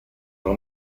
pro